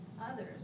others